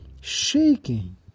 Shaking